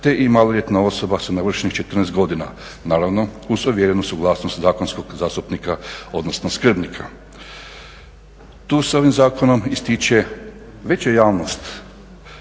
te i maloljetna osoba s navršenih 14 godina, naravno uz ovjerenu suglasnost zakonskog zastupnika odnosno skrbnika. Tu se ovim zakonom ističe veća javnost